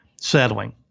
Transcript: settling